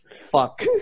fuck